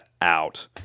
out